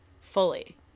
Fully